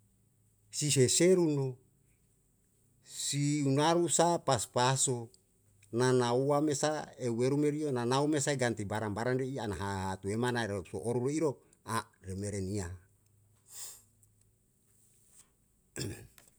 Sise seru nu si unaru sa pas pasu nanau ua mesa eu weru meri yau nanau mesa ganti barang barang de'i ana ha tue mana rop so'oru re iro a re mere nia.